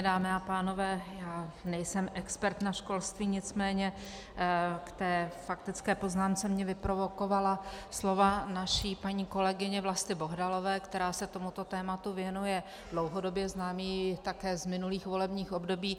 Dámy a pánové, já nejsem expert na školství, nicméně k té faktické poznámce mě vyprovokovala slova naší paní kolegyně Vlasty Bohdalové, která se tomuto tématu věnuje dlouhodobě, znám ji také z minulých volebních období.